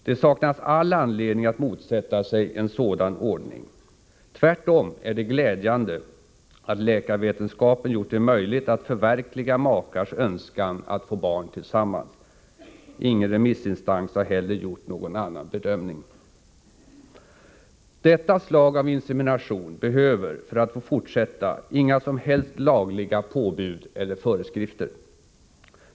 Det saknas all anledning att motsätta sig en sådan ordning. Tvärtom är det glädjande att läkarvetenskapen gjort det möjligt att förverkliga makars önskan att få barn tillsammans. Ingen remissinstans har heller gjort någon annan bedömning. Detta slag av insemination behöver för att få fortsätta inga som helst lagliga påbud eller föreskrifter.